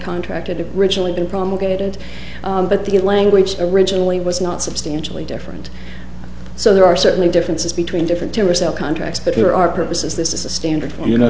contractor to ritually been promulgated but the language originally was not substantially different so there are certainly differences between different terror cell contracts but here are purposes this is a standard you know